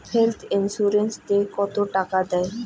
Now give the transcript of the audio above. Health insurance ওত কত টাকা দেয়?